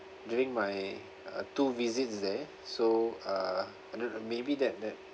during my uh two visits there so uh I don't know maybe that that